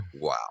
wow